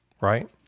Right